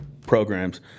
programs